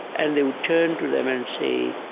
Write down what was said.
and they would turn to them and say,